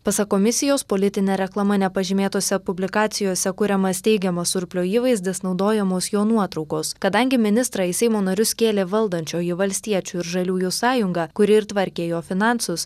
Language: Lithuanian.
pasak komisijos politine reklama nepažymėtose publikacijose kuriamas teigiamas surplio įvaizdis naudojamos jo nuotraukos kadangi ministrą į seimo narius kėlė valdančioji valstiečių ir žaliųjų sąjunga kuri ir tvarkė jo finansus